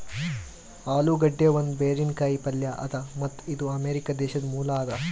ಆಲೂಗಡ್ಡಿ ಒಂದ್ ಬೇರಿನ ಕಾಯಿ ಪಲ್ಯ ಅದಾ ಮತ್ತ್ ಇದು ಅಮೆರಿಕಾ ದೇಶದ್ ಮೂಲ ಅದಾ